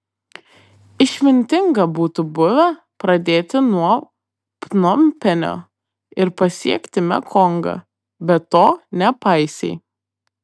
išmintinga būtų buvę pradėti nuo pnompenio ir pasiekti mekongą bet to nepaisei